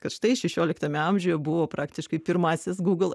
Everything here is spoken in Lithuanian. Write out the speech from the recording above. kad štai šešioliktame amžiuje buvo praktiškai pirmasis google